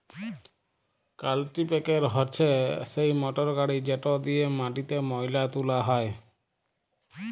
কাল্টিপ্যাকের হছে সেই মটরগড়ি যেট দিঁয়ে মাটিতে ময়লা তুলা হ্যয়